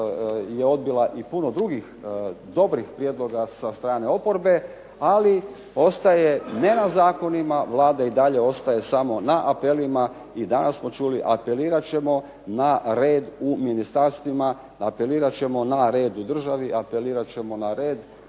je odbila i puno drugih dobrih prijedloga sa strane oporbe. Ali ostaje ne na zakonima, Vlada i dalje ostaje samo na apelima. I danas smo čuli apelirat ćemo na red u ministarstvima, apelirat ćemo na red u državi, apelirat ćemo na red.